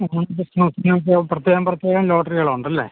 ഒന്ന് ജെസ്റ്റ് നോക്കിയപ്പോൾ പ്രത്യേകം പ്രത്യേകം ലോട്ടറികളുണ്ടല്ലേ